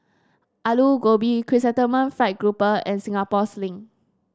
Aloo Gobi Chrysanthemum Fried Grouper and Singapore Sling